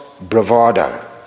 bravado